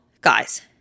guys